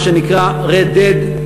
מה שנקרא Dead Red,